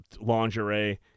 lingerie